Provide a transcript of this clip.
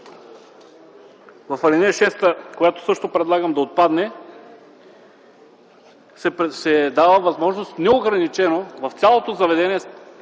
В ал. 6, която също предлагам да отпадне, се дава възможност неограничено в цялото нощно заведение